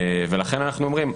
ולכן אנחנו אומרים,